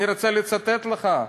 אני רוצה לצטט לך,